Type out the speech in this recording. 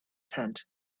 tent